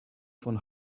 von